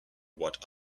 what